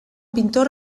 pintor